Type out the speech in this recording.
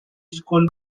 school